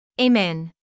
Amen